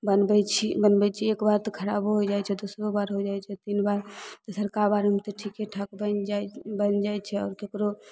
बनबय छी बनबय छी एक बार तऽ खराबो होइ जाइ छै दुसरो बार होइ जाइ छै तीन बार तेसरका बेरमे ठीके ठाक बनि जाइ बनि जाइ छै आओर केकरो